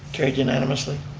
carried unanimously.